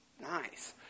Nice